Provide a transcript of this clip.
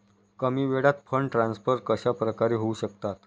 कमी वेळात fund transfer कशाप्रकारे होऊ शकतात?